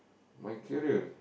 my career